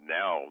now